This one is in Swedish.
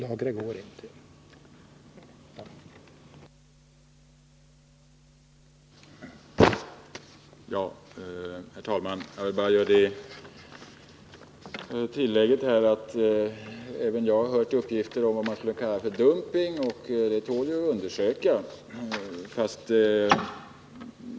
Herr talman! Jag vill bara göra det tillägget att även jag har hört uppgifter om vad man kan kalla för dumping. Det tål att undersökas.